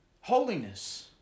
holiness